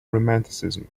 romanticism